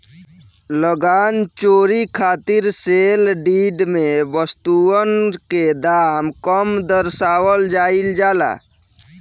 लगान चोरी खातिर सेल डीड में वस्तुअन के दाम कम दरसावल जाइल जाला